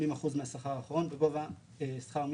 קצבת האבטלה שעומד על עד 80 אחוזים מהשכר בגובה שכר מינימום.